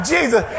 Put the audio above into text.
Jesus